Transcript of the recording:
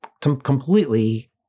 completely